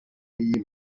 n’iyi